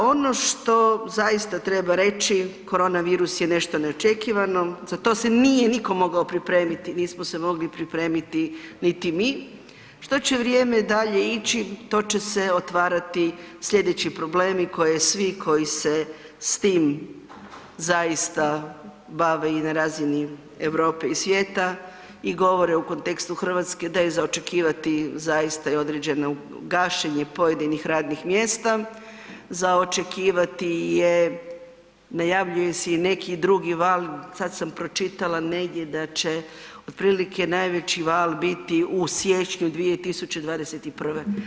Ono što zaista treba reći, koronavirus je nešto neočekivano, za to se nije nitko mogao pripremiti, nismo se mogli pripremiti niti mi, što će vrijeme dalje ići, to će se otvarati sljedeći problemi koje svi koji se s tim zaista bave i na razini Europe i svijeta, i govore u kontekstu Hrvatske da je za očekivati zaista i određenu gašenje pojedinih radnih mjesta, za očekivati je, najavljuje se i neki drugi val, sad sam pročitala negdje da će otprilike najveći val biti u siječnju 2021.